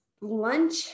lunch